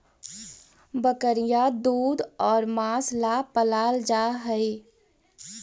बकरियाँ दूध और माँस ला पलाल जा हई